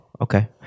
okay